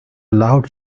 loud